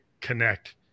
connect